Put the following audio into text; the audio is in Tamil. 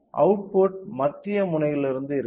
அவுட்புட் மத்திய முனையத்திலிருந்து இருக்கும்